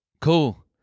Cool